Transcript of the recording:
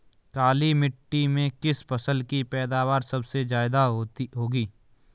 काली मिट्टी में किस फसल की पैदावार सबसे ज्यादा होगी?